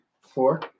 Four